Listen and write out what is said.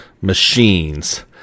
machines